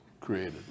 Created